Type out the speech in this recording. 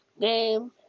game